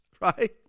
right